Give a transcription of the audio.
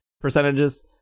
percentages